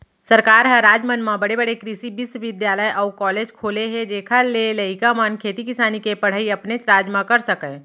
सरकार ह राज मन म बड़े बड़े कृसि बिस्वबिद्यालय अउ कॉलेज खोले हे जेखर ले लइका मन खेती किसानी के पड़हई अपनेच राज म कर सकय